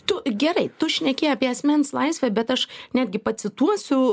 tu gerai tu šneki apie asmens laisvę bet aš netgi pacituosiu